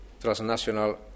transnational